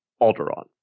alderaan